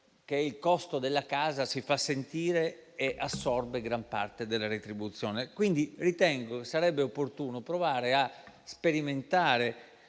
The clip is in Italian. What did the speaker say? il costo della casa si fa sentire e assorbe gran parte della retribuzione. Sarebbe quindi opportuno provare a sperimentare